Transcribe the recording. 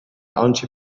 آنچه